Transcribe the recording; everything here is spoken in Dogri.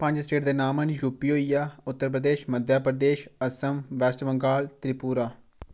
पंज स्टेट दे नाम यू पी होई गेआ उत्तर प्रदेश मध्यप्रदेश असम वेस्ट बंगाल त्रिपुरा